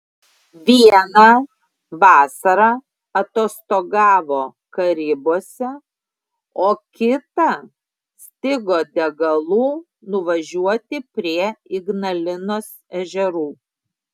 vieną vasarą atostogavo karibuose o kitą stigo degalų nuvažiuoti prie ignalinos ežerų